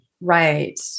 right